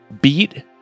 beat